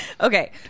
Okay